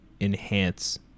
enhance